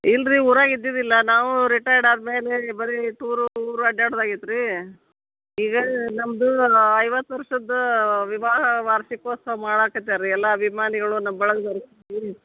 ಇಲ್ಲ ರೀ ಊರಲ್ ಇದ್ದಿದ್ದಿಲ್ಲ ನಾವು ರಿಟೈರ್ಡ್ ಆದ ಮೇಲೆ ಬರೀ ಟೂರು ಊರು ಅಡ್ಡಾಡೋದಾಗ್ ಆಗೈತೆ ರೀ ಈಗ ನಮ್ಮದು ಐವತ್ತು ವರ್ಷದ್ದು ವಿವಾಹ ವಾರ್ಷಿಕೋತ್ಸವ ಮಾಡಕ್ಕೆ ಹತ್ಯಾರ್ರಿ ಎಲ್ಲ ಅಭಿಮಾನಿಗಳು ನಮ್ಮ ಬಳಗದೋರು